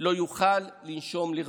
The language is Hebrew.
לא יוכל לנשום לרווחה.